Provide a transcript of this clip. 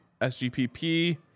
SGPP